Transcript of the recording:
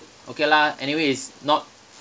okay lah anyway it's not